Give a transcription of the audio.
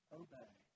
obey